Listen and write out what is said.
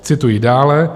Cituji dále.